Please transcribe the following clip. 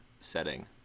setting